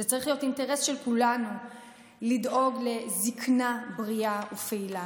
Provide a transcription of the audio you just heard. זה צריך להיות אינטרס של כולנו לדאוג לזקנה בריאה ופעילה,